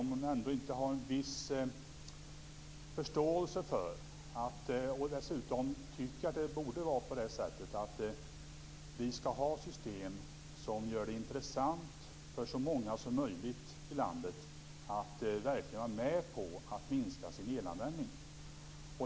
Har hon inte en viss förståelse för, och tycker hon dessutom inte själv, att vi skall ha ett system som gör det intressant för så många som möjligt i landet att verkligen vara med på att minska sin elanvändning?